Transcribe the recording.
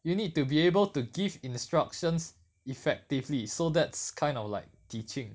you need to be able to give instructions effectively so that's kind of like teaching